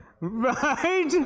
right